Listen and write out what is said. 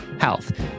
health